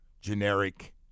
generic